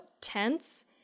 tense